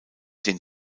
den